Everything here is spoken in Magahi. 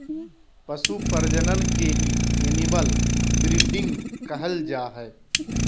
पशु प्रजनन के ही एनिमल ब्रीडिंग कहल जा हय